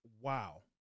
Wow